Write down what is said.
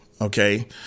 okay